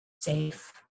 safe